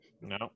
No